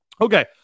Okay